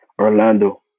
Orlando